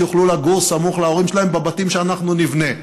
שיוכלו לגור סמוך להורים שלהם בבתים שאנחנו נבנה.